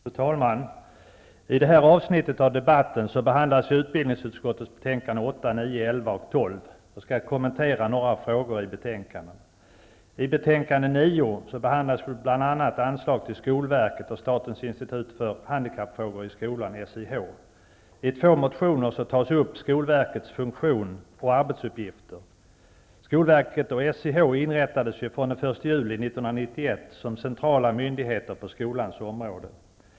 Fru talman! I det här avsnittet av debatten behandlas utbildningsutskottets betänkanden 8, 9, 11 och 12. Jag skall kommentera några frågor i betänkandet. I betänkande 9 behandlas bl.a. anslag till skolverket och statens institut för handikappfrågor i skolan, SIH. I två motioner tas frågan om skolverkets funktion och arbetsuppgifter upp. Skolverket och SIH inrättades den 1 juli 1991 som centrala myndigheter på skolans område.